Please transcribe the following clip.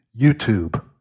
YouTube